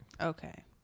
okay